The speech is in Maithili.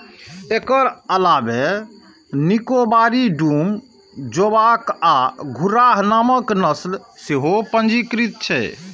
एकर अलावे निकोबारी, डूम, जोवॉक आ घुर्राह नामक नस्ल सेहो पंजीकृत छै